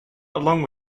along